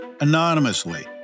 anonymously